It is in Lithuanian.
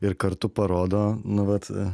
ir kartu parodo nu vat